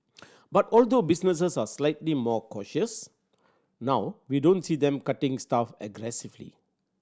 but although businesses are slightly more cautious now we don't see them cutting staff aggressively